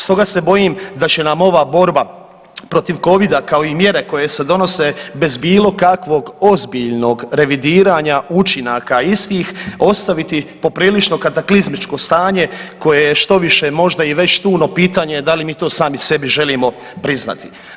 Stoga se bojim da će nam ova borba protiv covida kao i mjere koje se donose bez bilo kakvog ozbiljnog revidiranja učinaka istih ostaviti poprilično kataklizmičko stanje koje je štoviše možda i već … pitanje da li mi to sami sebi želimo priznati.